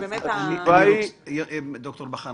ד"ר בכר,